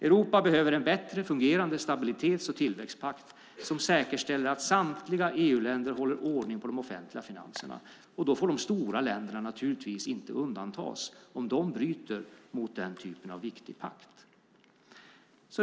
Europa behöver en bättre fungerande stabilitets och tillväxtpakt som säkerställer att samtliga EU-länder håller ordning på de offentliga finanserna. Då får de stora länderna naturligtvis inte undantas om de bryter mot den typen av viktig pakt.